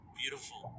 beautiful